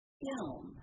film